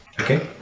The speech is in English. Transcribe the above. Okay